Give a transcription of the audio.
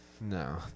No